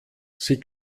sie